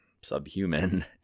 subhuman